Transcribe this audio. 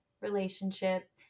relationship